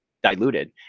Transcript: diluted